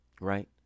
right